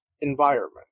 environment